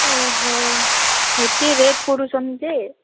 ଏତେ ରେଟ୍ କରୁଛନ୍ତି ଯେ